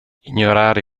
ignorare